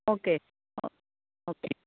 okay okay